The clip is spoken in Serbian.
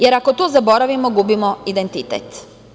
Jer, ako to zaboravimo, gubimo identitet.